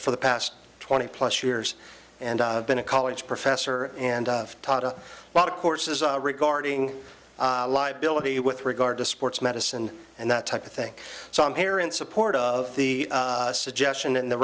for the past twenty plus years and been a college professor and taught a lot of course is regarding liability with regard to sports medicine and that type of thing so i'm here in support of the suggestion and the